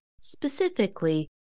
specifically